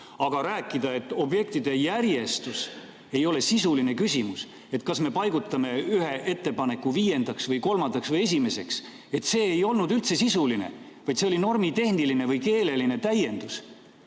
Aga rääkida, et objektide järjestus ei ole sisuline küsimus, et kas me paigutame ühe ettepaneku viiendaks või kolmandaks või esimeseks, see ei ole üldse sisuline, vaid normitehniline või keeleline täiendus?!